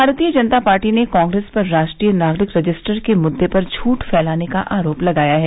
भारतीय जनता पार्टी ने कांग्रेस पर राष्ट्रीय नागरिक रजिस्टर के मुद्दे पर झुठ फैलाने का आरोप लगाया है